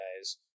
guys